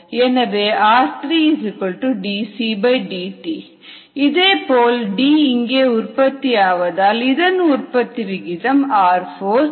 எனவே r3 dCdt இதேபோல் D இங்கே உற்பத்தி ஆவதால் இதன் உற்பத்தி விகிதம் r4